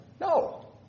No